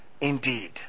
indeed